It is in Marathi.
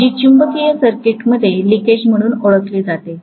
जी चुंबकीय सर्किटमध्ये लिकेज म्हणून ओळखली जाते